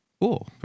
Cool